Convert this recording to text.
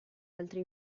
altri